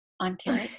Ontario